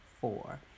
four